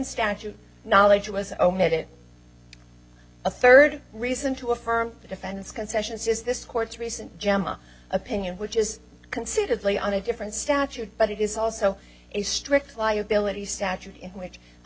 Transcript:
statute knowledge was omitted a third reason to affirm the defendant's concessions is this court's recent jemma opinion which is considerably on a different statute but it is also a strict liability statute in which a